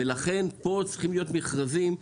לכן פה צריך להיות מכרזים,